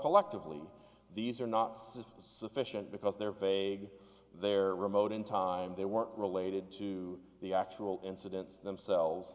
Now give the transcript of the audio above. collectively these are not says sufficient because they're vague they're remote in time they weren't related to the actual incidents themselves